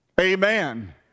Amen